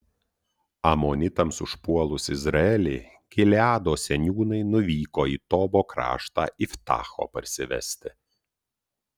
amonitams užpuolus izraelį gileado seniūnai nuvyko į tobo kraštą iftacho parsivesti